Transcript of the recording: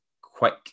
quick